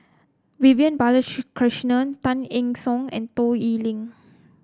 Vivian Balakrishnan Tay Eng Soon and Toh Liying